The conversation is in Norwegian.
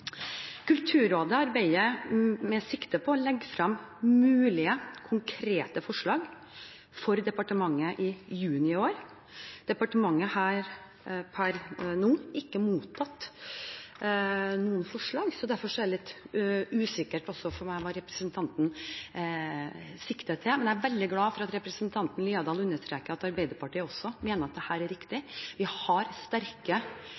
Kulturrådet arbeider med sikte på å legge frem mulige konkrete forslag for departementet i juni i år. Departementet har per nå ikke mottatt noen forslag, så derfor er jeg litt usikker på hva representanten sikter til. Men jeg er veldig glad for at representanten Haukeland Liadal understreker at Arbeiderpartiet også mener at dette er riktig. Vi har sterke